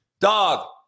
dog